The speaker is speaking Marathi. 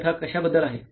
हि कथा कशाबद्दल आहे